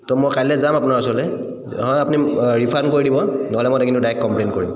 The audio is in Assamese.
ত' মই কাইলৈ যাম আপোনাৰ ওচৰলৈ হয় আপুনি ৰিফাণ্ড কৰি দিব নহ'লে মই কিন্তু ডাইৰেক্ট কমপ্লেইন কৰিম